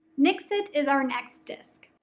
nixit is our next disc.